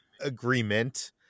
agreement